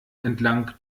entlang